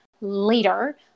later